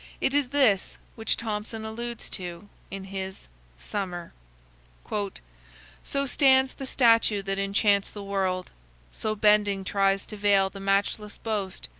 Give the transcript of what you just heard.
it is this which thomson alludes to in his summer so stands the statue that enchants the world so bending tries to veil the matchless boast,